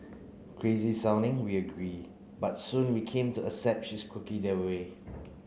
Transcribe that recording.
crazy sounding we agree but soon we came to accept she is quirky that way